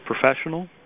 professional